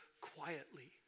quietly